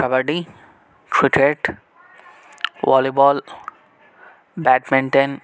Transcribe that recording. kabaddi cricket volleyball badminton